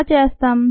ఎలా చేస్తాం